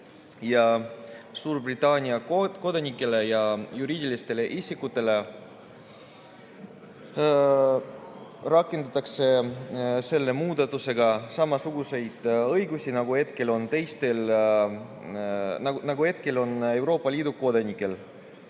ja Suurbritannia kodanikele ning juriidilistele isikutele rakendatakse selle muudatusega samasuguseid õigusi, nagu hetkel on Euroopa Liidu kodanikel.